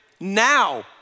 now